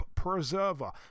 Preserver